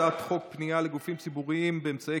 הצעת חוק פנייה לגופים ציבוריים באמצעי